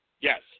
Yes